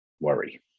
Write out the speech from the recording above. worry